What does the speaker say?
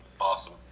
Awesome